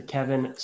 Kevin